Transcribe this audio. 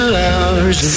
hours